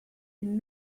une